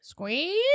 Squeeze